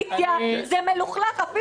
זה מלוכלך.